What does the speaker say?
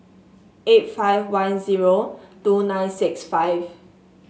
eight five one zero two nine six five